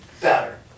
better